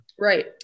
right